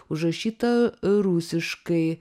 užrašyta rusiškai